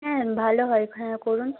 হ্যাঁ ভালো হয় হ্যাঁ করুন